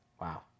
Wow